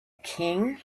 king